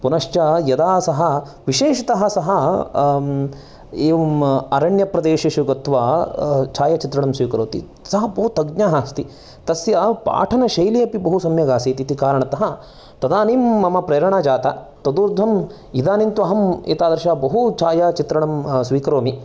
पुनश्च यदा सः विशेषतः सः एवम् अरण्यप्रदेशेशु गत्वा छायाचित्रणं स्वीकरोति सः बहु तज्ञः अस्ति तस्य पाठनशैली अपि बहुसम्यक् आसीत् इति कारणतः तदानीं मम प्रेरणा जाता तदूर्धं इदानीम् तु अहं एतादृश बहुछायाचित्रणं स्वीकरोमि